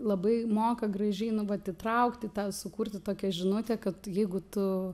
labai moka gražiai nu vat įtraukti tą sukurti tokią žinutę kad jeigu tu